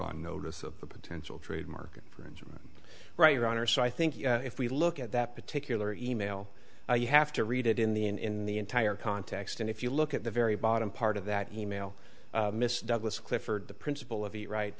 on notice of the potential trademark infringement right around or so i think if we look at that particular email you have to read it in the in the entire context and if you look at the very bottom part of that email miss douglas clifford the principal of the right